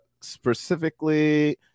specifically